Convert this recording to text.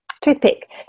toothpick